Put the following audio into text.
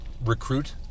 recruit